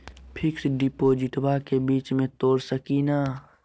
Fix डिपोजिटबा के बीच में तोड़ सकी ना?